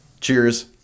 Cheers